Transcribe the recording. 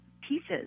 pieces